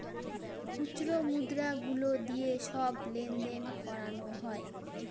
খুচরো মুদ্রা গুলো দিয়ে সব লেনদেন করানো হয়